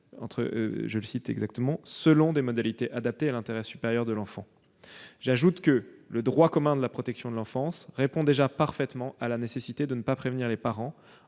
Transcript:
selon des modalités adaptées à l'intérêt supérieur de l'enfant ». J'ajoute que le droit commun de la protection de l'enfance répond déjà parfaitement à la nécessité de ne pas prévenir les parents